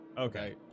Okay